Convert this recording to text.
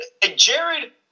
Jared